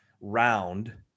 round